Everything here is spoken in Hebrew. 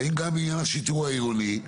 האם גם עניין השיטור העירוני?